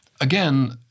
again